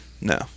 No